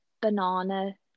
banana